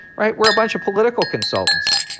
right, we're a bunch of political consultants.